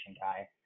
guy